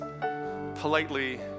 politely